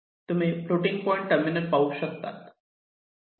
तुम्ही floating point terminal पाहू शकतात